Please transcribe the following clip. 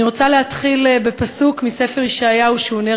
אני רוצה להתחיל בפסוק מספר ישעיהו שהוא נר